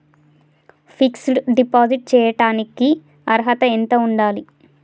Fix డ్ deposit చేయటానికి అర్హత ఎంత ఉండాలి?